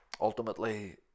Ultimately